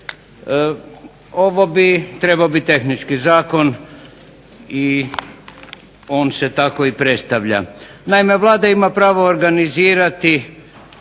Ovo bi trebao biti tehnički Zakon i on se tako i predstavlja. Naime, Vlada ima pravo organizirati